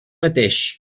mateix